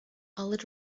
aled